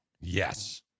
Yes